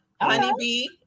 honeybee